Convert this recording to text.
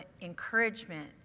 encouragement